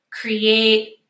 create